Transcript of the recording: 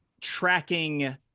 tracking